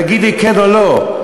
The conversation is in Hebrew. ותגיד לי כן או לא,